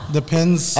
Depends